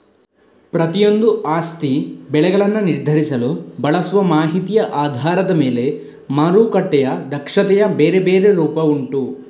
ಪ್ರತಿಯೊಂದೂ ಆಸ್ತಿ ಬೆಲೆಗಳನ್ನ ನಿರ್ಧರಿಸಲು ಬಳಸುವ ಮಾಹಿತಿಯ ಆಧಾರದ ಮೇಲೆ ಮಾರುಕಟ್ಟೆಯ ದಕ್ಷತೆಯ ಬೇರೆ ಬೇರೆ ರೂಪ ಉಂಟು